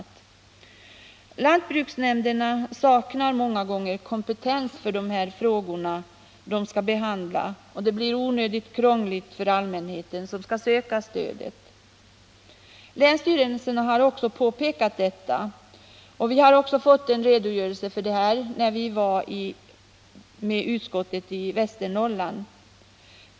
Det är också så att lantbruksnämnderna många gånger saknar kompetens för de frågor de skall behandla, och det blir onödigt krångligt för allmänheten som skall söka stödet. Länsstyrelserna har också påpekat detta, och vi har fått en redogörelse för detta i samband med vårt utskottsbesök i Västernorrland.